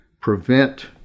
prevent